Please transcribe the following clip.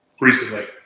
recently